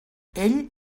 ell